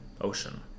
ocean